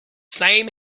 same